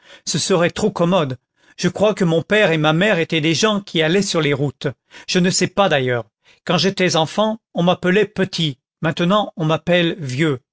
ce serait trop commode je crois que mon père et ma mère étaient des gens qui allaient sur les routes je ne sais pas d'ailleurs quand j'étais enfant on m'appelait petit maintenant on m'appelle vieux